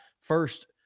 First